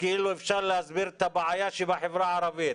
כאילו אפשר להסביר את הבעיה שבחברה הערבית.